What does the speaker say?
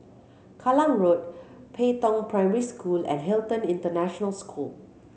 Kallang Road Pei Tong Primary School and Hilton International School